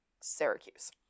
Syracuse